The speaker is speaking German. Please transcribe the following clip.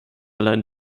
allein